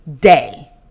day